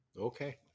okay